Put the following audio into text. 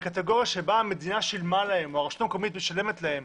בקטגוריה שבה המדינה שילמה להם או הרשות המקומית משלמת להם